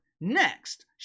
Next